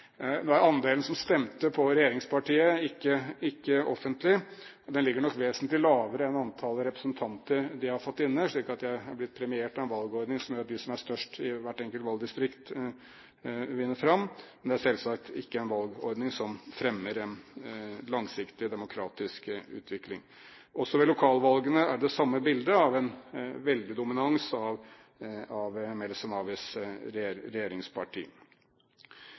Nå er andelen som stemte på regjeringspartiet, ikke offentlig, men den ligger nok vesentlig lavere enn antallet representanter de har fått inn, slik at de er blitt premiert av en valgordning som gjør at de som er størst i hvert enkelt valgdistrikt, vinner fram, men det er selvsagt ikke en valgordning som fremmer en langsiktig demokratisk utvikling. Også ved lokalvalgene er det det samme bildet – en veldig dominans av Meles Zenawis regjeringsparti. Utvisningen av